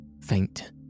faint